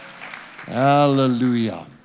Hallelujah